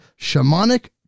Shamanic